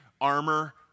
armor